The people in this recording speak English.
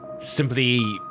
Simply